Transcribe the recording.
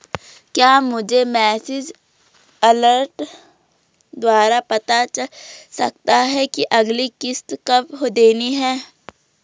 क्या मुझे message alert द्वारा पता चल सकता कि अगली किश्त कब देनी है?